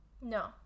No